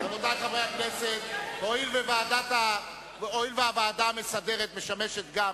רבותי חברי הכנסת, הואיל והוועדה המסדרת משמשת גם